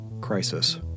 crisis